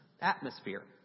atmosphere